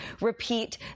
repeat